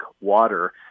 water